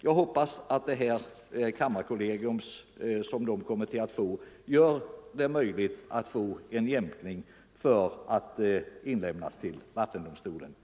Jag hoppas att det material som kammarkollegiet kommer att få skall göra det möjligt för denna myndighet att inlämna en ny jämkningsansökan till. vattendomstolen.